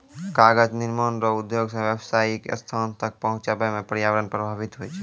कागज निर्माण रो उद्योग से व्यावसायीक स्थान तक पहुचाबै मे प्रर्यावरण प्रभाबित होय छै